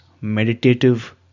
meditative